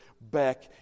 back